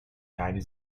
united